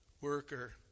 Worker